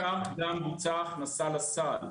כך גם בוצעה הכנסה לסל.